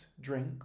drink